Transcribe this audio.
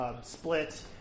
split